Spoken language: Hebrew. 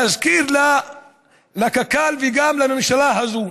להזכיר לקק"ל וגם לממשלה הזאת,